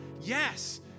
Yes